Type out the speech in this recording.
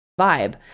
vibe